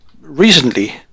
recently